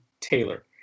Taylor